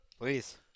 Please